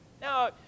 now